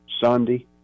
Sunday